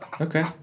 Okay